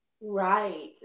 Right